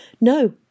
No